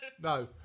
No